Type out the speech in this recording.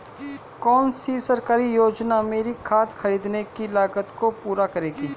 कौन सी सरकारी योजना मेरी खाद खरीदने की लागत को पूरा करेगी?